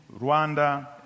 Rwanda